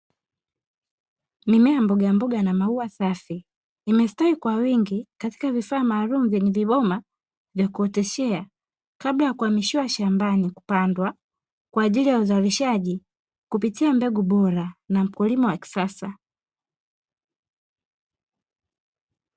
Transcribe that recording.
Mimea ya mbogamboga na maua, safi imestawi kwa wingi katika vifaa maalumu vyenye viboma vya kuoteshea kabla ya kuamishiwa shambani, kupandwa kwaajili ya uzalishaji kupitia mbegu bora na mkulima wa kisasa.